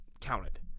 counted